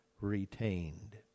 retained